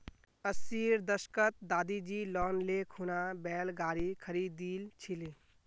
अस्सीर दशकत दादीजी लोन ले खूना बैल गाड़ी खरीदिल छिले